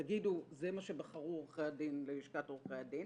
תגידו: זה מה שבחרו עורכי הדין ללשכת עורכי הדין